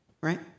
Right